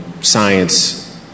science